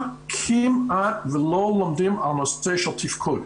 כמעט ולא לומדים על הנושא של תפקוד.